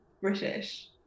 British